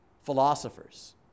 philosophers